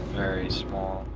very small.